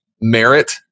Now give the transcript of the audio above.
merit